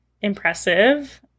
impressive